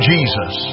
Jesus